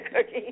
cookie